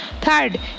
Third